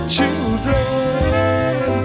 Children